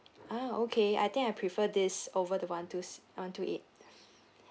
ah okay I think I prefer this over the one two s~ one two eight